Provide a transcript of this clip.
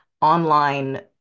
online